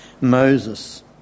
Moses